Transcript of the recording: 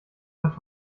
hat